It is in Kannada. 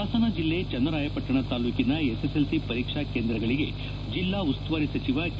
ಹಾಸನ ಜಲ್ಲೆ ಚನ್ನರಾಯಪಟ್ಟಣ ತಾಲೂಕಿನ ಎಸ್ಎಸ್ಎಲ್ಸಿ ಪರೀಕ್ಷಾ ಕೇಂದ್ರಗಳಿಗೆ ಜಿಲ್ಲಾ ಉಸ್ತುವಾರಿ ಸಚಿವ ಕೆ